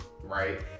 right